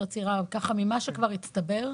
יותר צעירה ממה שכבר הצטבר?